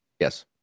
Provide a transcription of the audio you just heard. yes